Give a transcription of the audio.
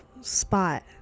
spot